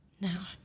Now